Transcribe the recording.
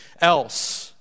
else